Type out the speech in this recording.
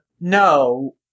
No